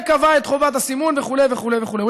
קבע את חובת הסימון וכו' וכו' וכו'.